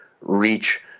reach